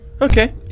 Okay